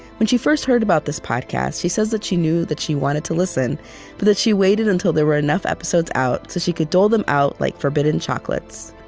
when she first heard about this podcast, she says that she knew that she wanted to listen, but that she waited until there were enough episodes out so she could dole them out like forbidden chocolates.